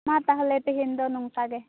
ᱢᱟ ᱛᱟᱦᱚᱞᱮ ᱛᱮᱦᱮᱧ ᱫᱚ ᱱᱚᱝᱠᱟ ᱜᱮ